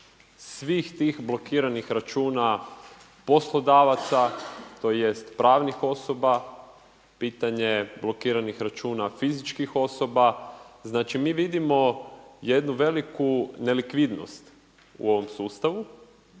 svih tih blokiranih računa poslodavaca, tj. pravnih osoba, pitanje blokiranih računa fizičkih osoba. Znači mi vidimo jednu veliku nelikvidnost u ovom sustavu,